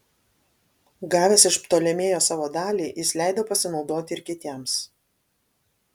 gavęs iš ptolemėjo savo dalį jis leido pasinaudoti ir kitiems